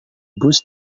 bus